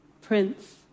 Prince